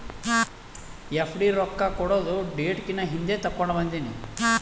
FD ರೊಕ್ಕಾ ಕೊಡದು date ಕಿನಾ ಹಿಂದೆ ತೇಕೊಂಡ್ ಬಂದಿನಿ